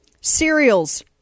Cereals